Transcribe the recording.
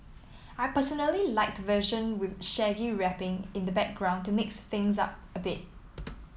I personally like the version with Shaggy rapping in the background to mix things up a bit